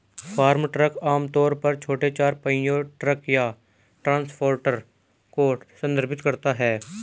farm truck आम तौर पर छोटे चार पहिया ट्रक या ट्रांसपोर्टर को संदर्भित करता है